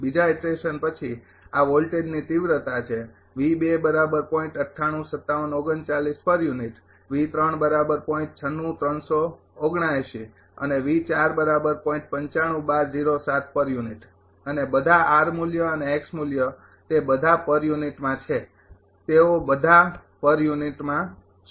બીજા ઈટરેશન પછી આ વોલ્ટેજ તિવ્રતા છે અને અને બધા મૂલ્ય અને મૂલ્ય તે બધા પર યુનિટમાં છે તેઓ બધા પર યુનિટમાં છે